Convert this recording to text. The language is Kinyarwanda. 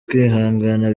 kwihangana